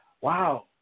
Wow